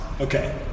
Okay